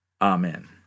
Amen